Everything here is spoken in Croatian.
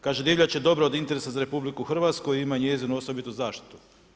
Kaže divljač je dobra od interesa za RH i ima njezinu osobitu zaštitu.